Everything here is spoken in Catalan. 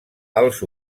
els